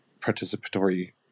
participatory